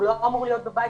הוא לא אמור להיות בבית,